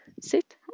sit